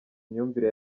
imyumvire